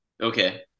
Okay